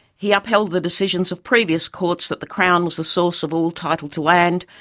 he upheld the decisions of previous courts that the crown was the source of all title to land,